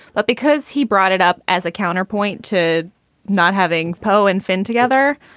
but because he brought it up as a counterpoint to not having po and finn together,